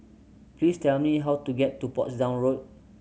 please tell me how to get to Portsdown Road